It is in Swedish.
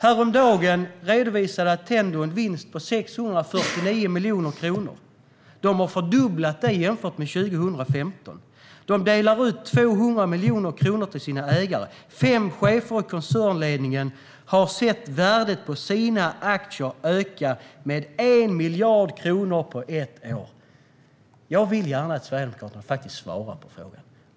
Häromdagen redovisade Attendo en vinst på 649 miljoner kronor. Det är en fördubbling jämfört med 2015. Man delar ut 200 miljoner kronor till sina ägare. Fem chefer i koncernledningen har sett värdet på sina aktier öka med 1 miljard kronor på ett år. Jag vill gärna att Sverigedemokraterna faktiskt svarar på frågan.